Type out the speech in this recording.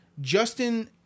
Justin